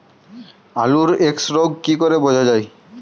আলুর এক্সরোগ কি করে বোঝা যায়?